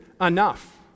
enough